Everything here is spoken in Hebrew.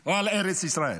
או על ארץ ישראל.